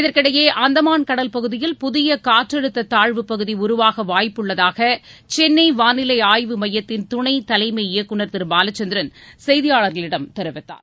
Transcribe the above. இதற்கிடையே அந்தமான் கடல் பகுதியில் புதிய காற்றழுத்த தாழ்வு பகுதி உருவாக வாய்ப்பு உள்ளதாக சென்னை வானிலை ஆய்வு மையத்தின் துணை தலைமை இயக்குநர் திரு பாலச்சந்திரன் செய்தியாளர்களிடம் தெரிவித்தார்